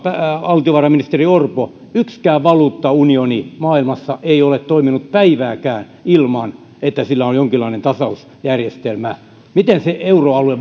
valtiovarainministeri orpo että yksikään valuuttaunioni maailmassa ei ole toiminut päivääkään ilman että sillä on jonkinlainen tasausjärjestelmä miten euroalue